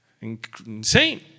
insane